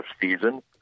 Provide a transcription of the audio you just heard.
season